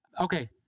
Okay